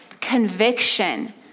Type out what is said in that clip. conviction